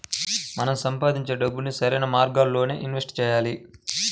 మనం సంపాదించే డబ్బుని సరైన మార్గాల్లోనే ఇన్వెస్ట్ చెయ్యాలి